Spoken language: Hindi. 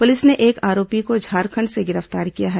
पुलिस ने एक आरोपी को झारखंड से गिरफ्तार किया है